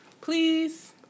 Please